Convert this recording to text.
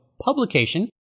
publication